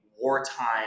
wartime